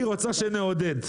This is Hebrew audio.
היא רוצה שנעודד.